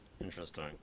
Interesting